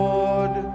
Lord